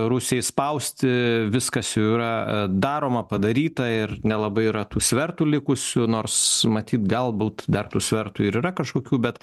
rusijai spausti viskas jau yra a daroma padaryta ir nelabai yra tų svertų likusių nors matyt galbūt dar tų svertų ir yra kažkokių bet